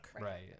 right